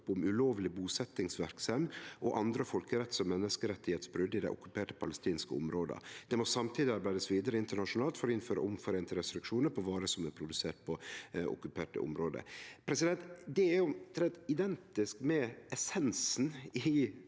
om ulovleg busetjingsverksemd og andre folkeretts- og menneskerettsbrot i dei okkuperte palestinske områda, og at det samtidig må arbeidast vidare internasjonalt for å innføre omforeinte restriksjonar på varer som er produserte i okkuperte område. Det er omtrent identisk med essensen i eit